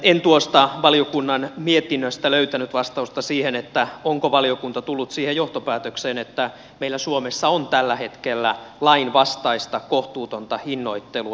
en tuosta valiokunnan mietinnöstä löytänyt vastausta siihen onko valiokunta tullut siihen johtopäätökseen että meillä suomessa on tällä hetkellä lainvastaista kohtuutonta hinnoittelua